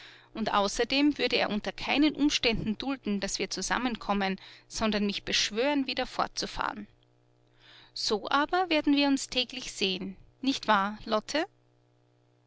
und außerdem würde er unter keinen umständen dulden daß wir zusammenkommen sondern mich beschwören wieder fortzufahren so aber werden wir uns täglich sehen nicht wahr lotte